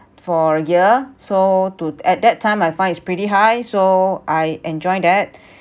for a year so to at that time I find it's pretty high so I enjoy that